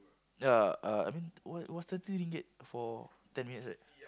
ya uh I mean it it was thirty ringgit for ten minutes right